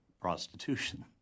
prostitution